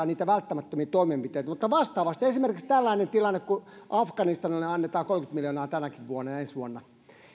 niitä välttämättömiä toimenpiteitä mutta vastaavasti esimerkiksi tällainen tilanne kun afganistanille annetaan kolmekymmentä miljoonaa tänäkin vuonna ja ensi vuonna